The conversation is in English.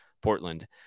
Portland